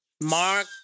Mark